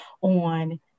on